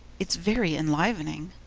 it's very enlivening